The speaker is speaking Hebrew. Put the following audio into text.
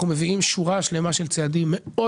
אנחנו מביאים שורה שלמה של צעדים מאוד